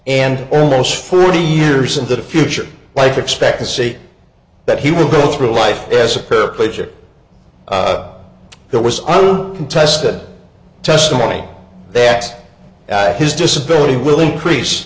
and almost forty years into the future life expectancy that he will go through life as a paraplegic there was on contested testimony that his disability will increase